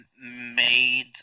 made